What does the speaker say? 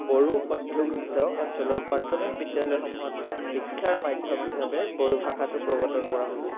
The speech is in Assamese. বড়ো অধ্যুষিত অঞ্চলৰ প্ৰাথমিক বিদ্যালয়সমূহত শিক্ষাৰ মাধ্যম হিচাপে বড়ো ভাষাটো প্ৰৱৰ্তন কৰা হৈছিল